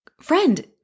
friend